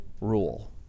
rule